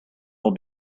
will